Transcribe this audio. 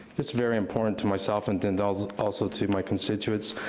it's very important to myself and and also to my constituents.